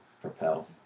propel